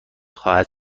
خواهد